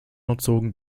erzogen